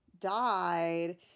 died